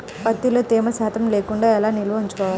ప్రత్తిలో తేమ శాతం లేకుండా ఎలా నిల్వ ఉంచుకోవాలి?